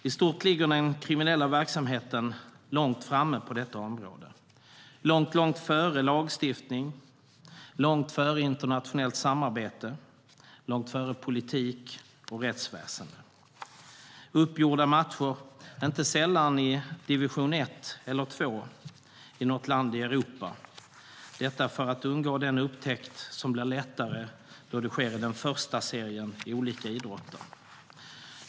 I stort ligger den kriminella verksamheten långt framme på detta område, långt före lagstiftning, internationellt samarbete, politik och rättsväsen. Det är uppgjorda matcher, inte sällan i division 1 eller 2 i något land i Europa, detta för att undgå den upptäckt som blir lättare då det hela sker i första serien i olika idrotter.